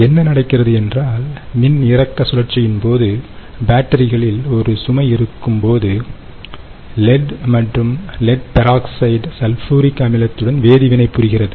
என்ன நடக்கிறது என்றால் மின்னிறக்க சுழற்சியின் போது பேட்டரிகளில் ஒரு சுமை இருக்கும்போது லெட் மற்றும் லெட்பெராக்சைடு சல்பூரிக் அமிலத்துடன் வேதி வினை புரிகிறது